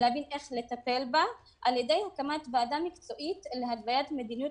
יש לטפל בה על ידי הקמת ועדה מקצועית שתתווה מדיניות